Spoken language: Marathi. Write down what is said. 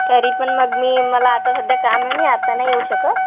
तरी पण मग मी मला आत्ता सध्या काम आहे मी आता नाही येऊ शकत